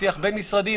בשיח בין משרדים,